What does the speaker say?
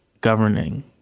governing